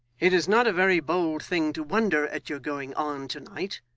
it is not a very bold thing to wonder at your going on to-night.